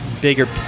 bigger